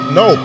no